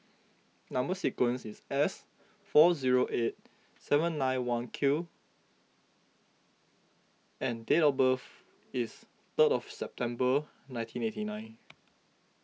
Number Sequence is S four zero eight seven nine one six Q and date of birth is third of September nineteen eighty nine